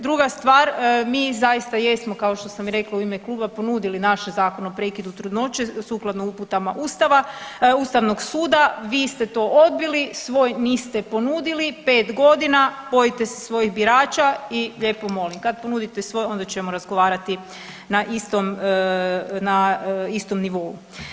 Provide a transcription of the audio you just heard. Druga stvar, mi zaista jesmo kao što jesmo u ime kluba ponudili naš Zakon o prekidu trudnoće sukladno uputama Ustava, Ustavnog suda, vi ste to odbili, svoj niste ponudili 5 godina, bojite se svojih birača i lijepo molim kad ponudite svoj onda ćemo razgovarati na istom, na istom nivou.